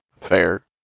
Fair